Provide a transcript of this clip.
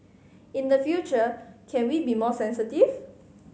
in the future can we be more sensitive